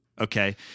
Okay